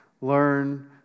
learn